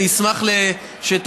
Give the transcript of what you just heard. אני אשמח שתקשיבו,